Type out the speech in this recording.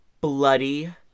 Bloody